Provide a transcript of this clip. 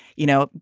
you know,